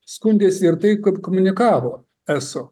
skundėsi ir tai kad komunikavo eso